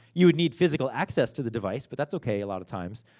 you would need physical access to the device, but that's okay a lot of times.